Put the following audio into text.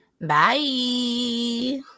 bye